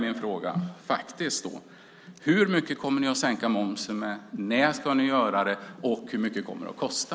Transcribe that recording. Hur mycket kommer ni att sänka momsen med? När ska ni göra det och hur mycket kommer det att kosta?